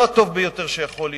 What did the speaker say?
לא הטוב ביותר שיכול להיות,